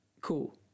Cool